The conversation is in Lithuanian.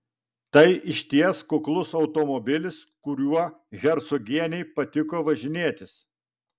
tai išties kuklus automobilis kuriuo hercogienei patiko važinėtis